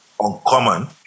uncommon